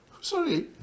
Sorry